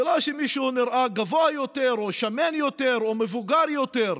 זה לא שמישהו נראה גבוה יותר או שמן יותר או מבוגר יותר,